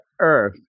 earth